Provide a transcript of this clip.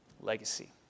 legacy